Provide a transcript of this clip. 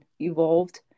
evolved